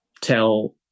tell